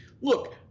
Look